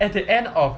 at the end of